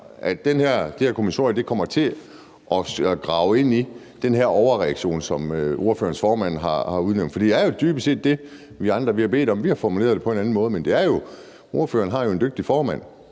at det her kommissorium kommer til at grave ind i den her overreaktion, som ordførerens formand har nævnt. For det er jo dybest set det, vi andre har bedt om. Vi har formuleret det på en anden måde. Men ordføreren har jo en dygtig formand,